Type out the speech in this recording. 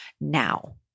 now